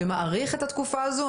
ומאריך את התקופה הזו.